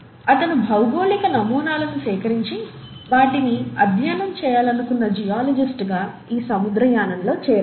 అతను భౌగోళిక నమూనాలను సేకరించి వాటిని అధ్యయనం చేయాలనుకున్న జియాలజిస్ట్ గా ఈ సముద్రయానంలో చేరాడు